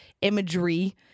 imagery